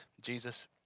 jesus